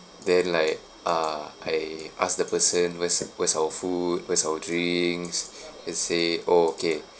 then like uh I asked the person where's the where's our food where's our drinks he said oh okay